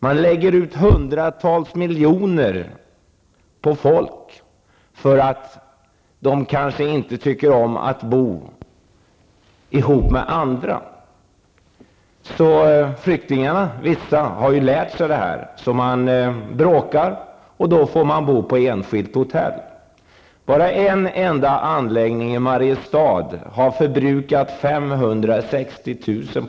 Man lägger ut hundratals miljoner på människor för att de kanske inte tycker om att bo ihop med andra. Vissa flyktingar har lärt sig detta. Man bråkar, och då får man bo på enskilt hotell. Bara en enda anläggning i Mariestad har förbrukat 560 000 kr.